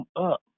up